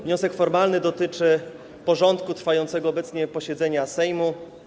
Wniosek formalny dotyczy porządku trwającego obecnie posiedzenia Sejmu.